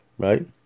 Right